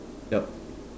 yup